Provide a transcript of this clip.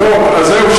זהו,